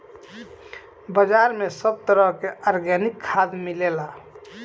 बाजार में सब तरह के आर्गेनिक खाद मिलेला